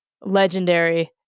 legendary